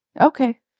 okay